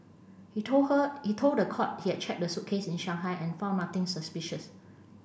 he told her he told the court he had checked the suitcase in Shanghai and found nothing suspicious